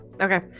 Okay